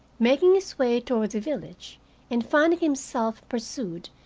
making his way toward the village and finding himself pursued,